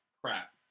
crap